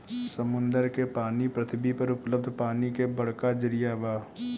समुंदर के पानी पृथ्वी पर उपलब्ध पानी के बड़का जरिया बा